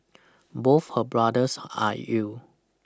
both her brothers are ill